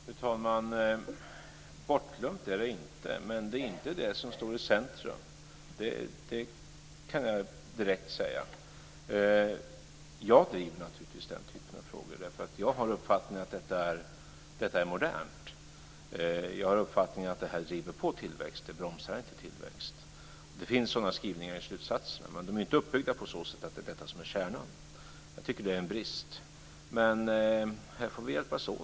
Fru talman! Bortglömt är det inte. Men det är inte det som står i centrum, det kan jag direkt säga. Jag driver naturligtvis den typen av frågor därför att jag har uppfattningen att detta är modernt. Jag har uppfattningen att det här driver på tillväxt, det bromsar inte tillväxt. Det finns sådana skrivningar i slutsatserna, men de är inte uppbyggda på så sätt att det är detta som är kärnan. Jag tycker att det är en brist. Men här får vi hjälpas åt.